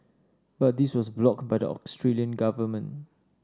but this was blocked by the Australian government